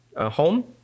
home